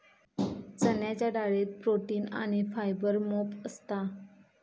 चण्याच्या डाळीत प्रोटीन आणी फायबर मोप असता